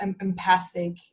empathic